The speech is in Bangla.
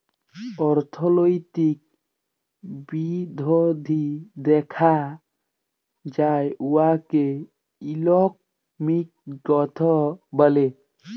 অথ্থলৈতিক বিধ্ধি দ্যাখা যায় উয়াকে ইকলমিক গ্রথ ব্যলে